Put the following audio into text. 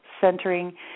centering